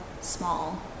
small